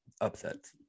Upsets